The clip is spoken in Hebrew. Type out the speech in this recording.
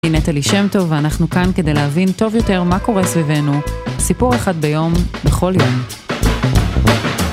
אני נטעלי שם טוב, ואנחנו כאן כדי להבין טוב יותר מה קורה סביבנו. סיפור אחד ביום, בכל יום.